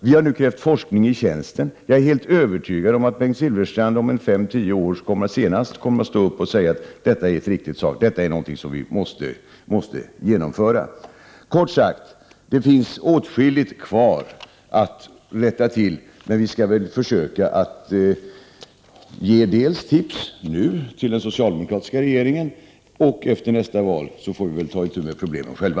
Vi har nu krävt forskning i tjänsten. Jag är helt övertygad om att Bengt Silfverstrand senast om fem tio år kommer att stå upp och säga: Det är riktigt, detta är någonting som vi måste genomföra. Kort sagt: Det finns åtskilligt kvar att rätta till. Vi skall nu försöka ge tips till den socialdemokratiska regeringen, och efter nästa val får vi väl ta itu med problemen själva.